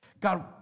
God